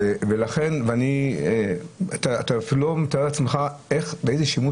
ולכן, אתה לא מתאר לעצמך איזה שימוש